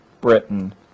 Britain